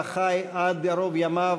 שבה חי עד ערוב ימיו,